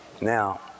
Now